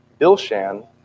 Bilshan